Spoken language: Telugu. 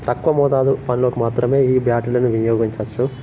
తక్కువ మోతాదు పనులకు మాత్రమే ఈ బ్యాటరీలు వినియోగించచ్చు